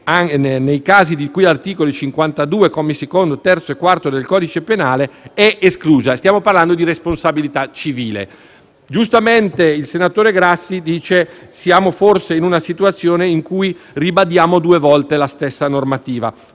nei casi di cui agli articoli 52, commi secondo, terzo e quarto del codice penale, è esclusa; stiamo parlando di responsabilità civile. Giustamente il senatore Grassi dice che siamo forse in una situazione in cui ribadiamo due volte la stessa normativa.